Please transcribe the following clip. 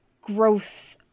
growth